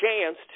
chance